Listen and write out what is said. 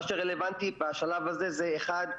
מה שרלוונטי בשלב הזה זה אחד,